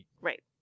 right